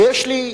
ויש לי,